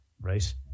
right